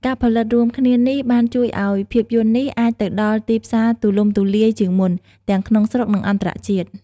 ការផលិតរួមគ្នានេះបានជួយឱ្យភាពយន្តនេះអាចទៅដល់ទីផ្សារទូលំទូលាយជាងមុន ទាំងក្នុងស្រុក និងអន្តរជាតិ ។